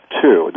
two